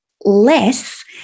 less